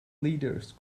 leaders